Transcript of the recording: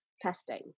testing